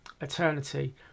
eternity